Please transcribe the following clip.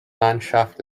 landschaft